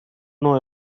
know